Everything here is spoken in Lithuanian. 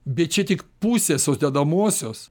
bet čia tik pusė sudedamosios